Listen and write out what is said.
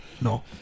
no